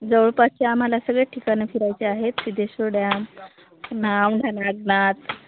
जवळपासच्या आम्हाला सगळ्या ठिकाणं फिरायचे आहेत सिद्धेश्वर डॅम पुन्हा औंढ्या नागनाथ